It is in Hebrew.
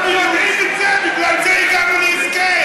אנחנו יודעים את זה, בגלל זה הגענו להסכם.